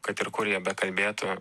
kad ir kur jie bekalbėtų